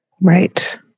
Right